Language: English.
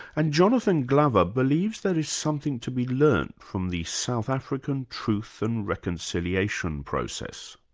and jonathan glover believes there is something to be learnt from the south african truth and reconciliation process.